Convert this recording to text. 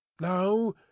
Now